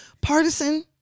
partisan